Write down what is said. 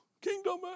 Kingdom